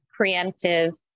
preemptive